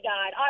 God